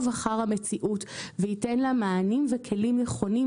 אחר המציאות וייתן לה מענים וכלים נכונים,